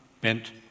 bent